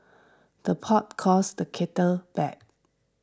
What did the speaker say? the pot calls the kettle back